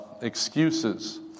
excuses